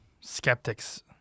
skeptics